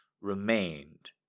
remained